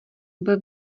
byl